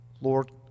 Lord